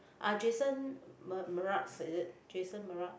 ah Jason m~ Mraz is it Jason Mraz